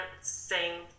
sing